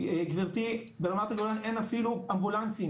גברתי ברמת הגולן אין אפילו אמבולנסים